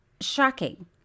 shocking